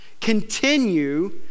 continue